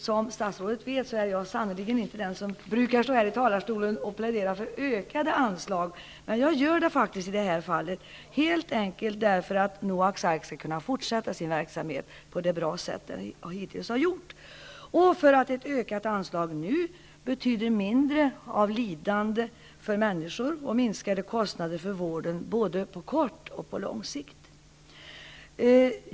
Som statsrådet vet är jag sannerligen inte den som brukar stå här i talarstolen och plädera för ökade anslag. Men jag gör det i det här fallet, helt enkelt därför att Noaks Ark skall kunna fortsätta med sin verksamhet på samma goda sätt. Ett ökat anslag nu skulle betyda mindre av lidande för människor och minskade kostnader för vården både på kort och lång sikt.